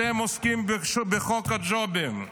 אתם עוסקים בחוק הג'ובים.